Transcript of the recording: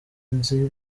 nzi